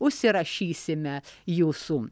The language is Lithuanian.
užsirašysime jūsų